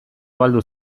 galdu